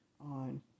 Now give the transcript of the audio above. on